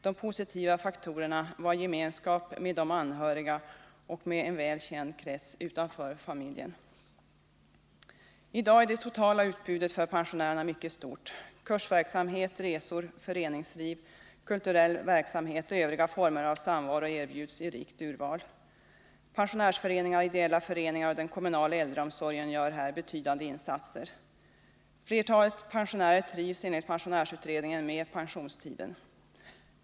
De positiva faktorerna var gemenskap med anhöriga och med en väl känd krets utanför familjen. I dag är det totala utbudet för pensionärerna mycket stort. Kursverksamhet, resor, föreningsliv, kulturell verksamhet och övriga former av samvaro erbjuds i rikt urval. Pensionärsföreningar, ideella föreningar och den kommunala äldreomsorgen gör här betydande insatser. Flertalet pensionärer trivs enligt pensionärsutredningen med pensionstiden.